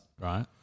Right